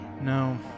No